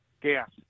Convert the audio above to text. Gas